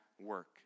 work